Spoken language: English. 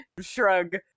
shrug